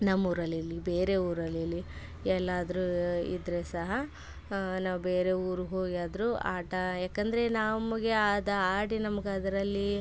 ನಮ್ಮೂರಲ್ಲಿಲ್ಲಿ ಬೇರೆ ಊರಲ್ಲಿಲ್ಲಿ ಎಲ್ಲಾದರೂ ಇದ್ದರೆ ಸಹ ನಾವು ಬೇರೆ ಊರ್ಗೆ ಹೋಗಿಯಾದ್ರು ಆಟ ಯಾಕಂದರೆ ನಮಗೆ ಅದು ಆಡಿ ನಮ್ಗೆ ಅದರಲ್ಲಿ